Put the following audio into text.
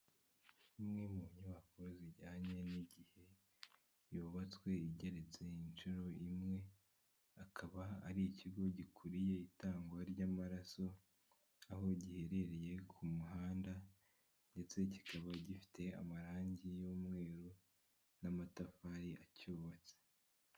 Imwe mu nyubako zijyanye n'igihe yubatswe igeretse inshuro imwe akaba ari ikigo gikuriye itangwa ry'amaraso aho giherereye ku muhanda ndetse kikaba gifite amarangi y'umweru n'amatafari acyubatse.